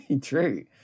True